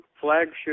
flagship